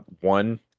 One